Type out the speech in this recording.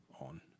on